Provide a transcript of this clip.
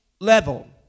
level